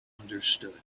understood